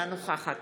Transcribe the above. אינה נוכחת